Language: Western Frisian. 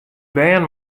bern